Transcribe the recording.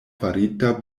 farita